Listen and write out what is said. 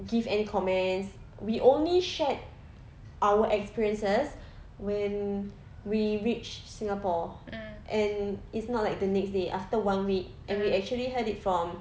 give any comments we only shared our experiences when we reached singapore and it's not like the next day after one week and we actually heard it from